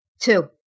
Two